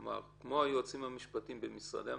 כלומר, כמו היועצים המשפטיים במשרדי הממשלה,